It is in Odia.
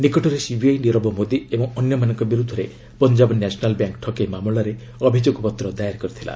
ନିକଟରେ ସିବିଆଇ ନିରବ ମୋଦି ଓ ଅନ୍ୟମାନଙ୍କ ବିରୁଦ୍ଧରେ ପଞ୍ଜାବ ନ୍ୟାସନାଲ୍ ବ୍ୟାଙ୍କ୍ ଠକେଇ ମାମଲାରେ ଅଭିଯୋଗପତ୍ର ଦାୟର କରିଥିଲା